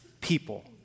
people